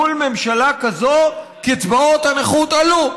מול ממשלה כזו, קצבאות הנכות עלו.